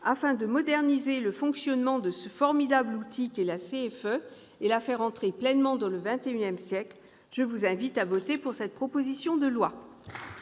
afin de moderniser le fonctionnement de ce formidable outil qu'est la CFE et de la faire pleinement entrer dans le XXI siècle, je vous invite à voter cette proposition de loi.